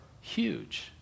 huge